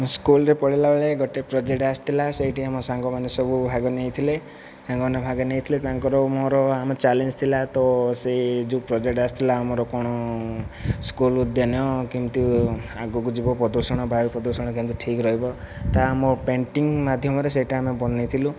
ମୁଁ ସ୍କୁଲ ରେ ପଢ଼ିଲା ବେଳେ ଗୋଟେ ପ୍ରୋଜେକ୍ଟ ଆସିଥିଲା ସେଇଠି ଆମ ସାଙ୍ଗ ମାନେ ସବୁ ଭାଗ ନେଇଥିଲେ ସାଙ୍ଗ ମାନେ ଭାଗ ନେଇଥିଲେ ତାଙ୍କର ମୋର ଆମେ ଚାଲେଞ୍ଜ ଥିଲା ତ ସେ ଯେଉଁ ପ୍ରୋଜେକ୍ଟ ଆସିଥିଲା ଆମର କ'ଣ ସ୍କୁଲ ଉଦ୍ୟାନ କେମିତି ଆଗକୁ ଯିବ ପ୍ରଦୂଷଣ ବାୟୁ ପ୍ରଦୁଷଣ କେମିତି ଠିକ ରହିବ ତାହା ଆମ ପେଣ୍ଟିଙ୍ଗ ମାଧ୍ୟମରେ ସେଇଟା ଆମେ ବନେଇଥିଲୁ